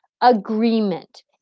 agreement